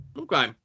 Okay